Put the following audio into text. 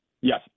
Yes